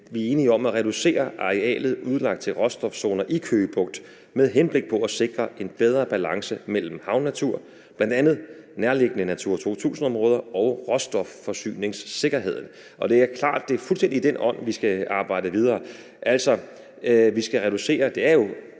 vi er enige om at reducere det areal, der er udlagt til råstofzoner i Køge Bugt med henblik på at sikre en bedre balance mellem havnatur – bl.a. nærliggende Natura 2000-områder – og råstofforsyningssikkerheden. Det er klart, at det er fuldstændig i den ånd, vi skal arbejde videre.